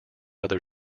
other